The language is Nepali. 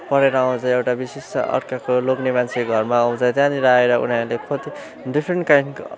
पढेर आउँछ एउटा विशेष त अर्काको लोग्ने मान्छे घरमा आउँछ त्यहाँनिर आएर उनीहरूले कति डिफ्रेन्ट काइन्ड